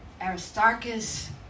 Aristarchus